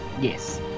Yes